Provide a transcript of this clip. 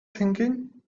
thinking